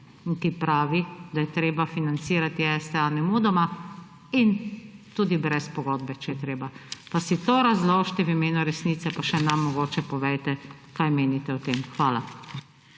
ki pravi, da je treba financirati STA nemudoma in tudi brez pogodbe, če je treba pa si to razložite v imenu resnice pa še nam mogoče povejte kaj menite o tem? Hvala